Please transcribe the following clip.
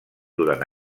durant